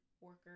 worker